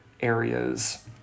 areas